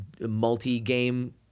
multi-game